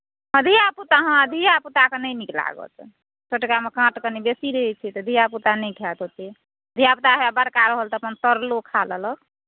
हँ धिया पुता हँ धिया पुताकेँ नहि नीक लागत छोटकामे काँट कनि बेसी रहैत छै तऽ धिया पुता नहि खायत ओतेक धिया पुता हैया बड़का रहल तऽ तरलो खा लेलक